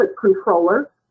controller